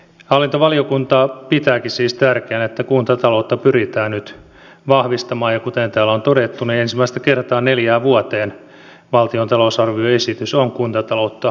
hallintovaliokunta pitääkin siis tärkeänä että kuntataloutta pyritään nyt vahvistamaan ja kuten täällä on todettu ensimmäistä kertaa neljään vuoteen valtion talousarvioesitys on kuntataloutta vahvistava